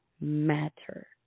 matter